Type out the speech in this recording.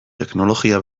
teknologia